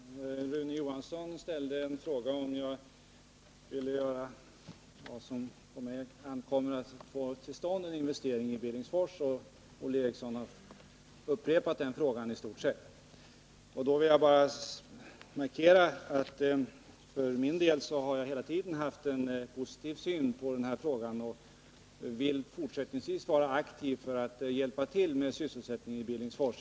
Herr talman! Rune Johansson ställde en fråga, om jag ville göra vad på mig ankommer för att få till stånd en investering i Billingsfors, och Olle Eriksson har upprepat den frågan i stort sett. Då vill jag bara markera att för min del har jag hela tiden haft en positiv syn på den här frågan och vill fortsättningsvis vara aktiv för att hjälpa till med sysselsättningen i Billingsfors.